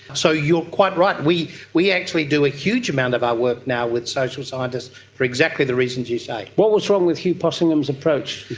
so you are quite right, we we actually do a huge amount of our work now with social scientists for exactly the reasons you say. what was wrong with hugh possingham's approach?